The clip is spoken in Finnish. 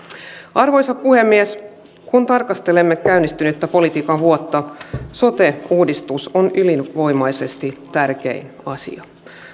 arvoisa puhemies kun tarkastelemme käynnistynyttä politiikan vuotta sote uudistus on ylivoimaisesti tärkein asia